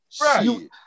Right